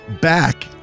back